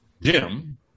Jim